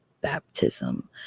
baptism